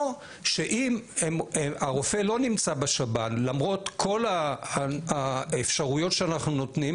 או שאם הרופא לא נמצא בשב"ן למרות כל האפשרויות שאנחנו נותנים,